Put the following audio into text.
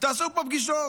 תעשו פה פגישות,